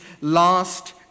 last